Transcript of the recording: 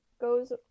goes